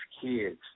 kids